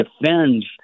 defends